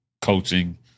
coaching